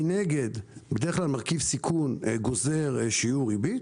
מנגד, בדרך כלל מרכיב סיכון גוזר שיעור ריבית.